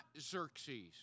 Xerxes